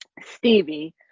Stevie